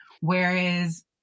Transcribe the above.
whereas